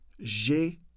J'ai